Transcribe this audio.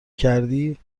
کردی